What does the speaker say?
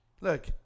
look